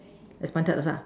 is pointed also ah